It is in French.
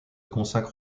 consacre